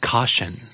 Caution